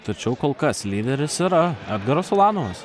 tačiau kol kas lyderis yra edgaras ulanovas